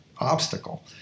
obstacle